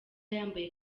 yambaye